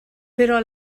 però